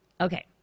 okay